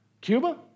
Cuba